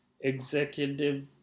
Executive